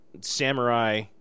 samurai